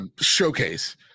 showcase